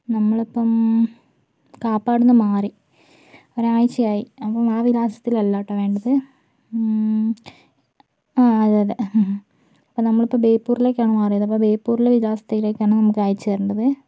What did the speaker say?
നമ്മളപ്പോൾ കാപ്പാടു നിന്ന് മാറി ഒരാഴ്ചയായി അപ്പോൾ ആ വിലാസത്തിലല്ലാട്ടോ വേണ്ടത് ആ അതേ അതേ അപ്പോൾ നമ്മളിപ്പോൾ ബേപ്പൂരിലേക്കാണ് മാറിയത് അപ്പോൾ ബേപ്പൂരിലെ വിലാസത്തിലേക്കാണ് നമുക്ക് അയച്ചു താരണ്ടത്